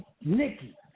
Nikki